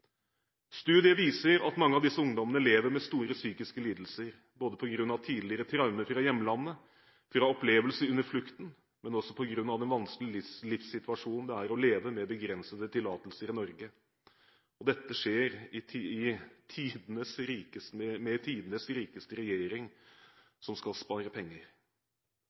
viser at mange av disse ungdommene lever med store psykiske lidelser, ikke bare på grunn av tidligere traumer i hjemlandet og opplevelser under flukten, men også på grunn av den vanskelige livssituasjonen det er å leve med begrensede tillatelser i Norge. Dette skjer med tidenes rikeste regjering, som skal spare penger.